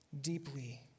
Deeply